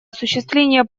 осуществления